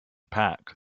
pack